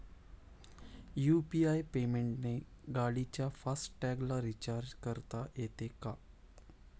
UPI पेमेंटने गाडीच्या फास्ट टॅगला रिर्चाज करता येते का?